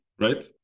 right